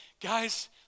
guys